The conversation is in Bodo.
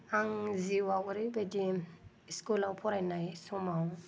आं जिउआव ओरैबायदि स्कुलाव फरायनाय समाव